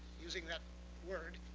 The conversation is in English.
using that word.